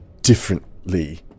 differently